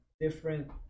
different